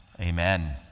Amen